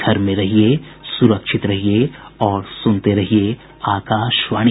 घर में रहिये सुरक्षित रहिये और सुनते रहिये आकाशवाणी